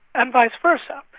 and vice versa.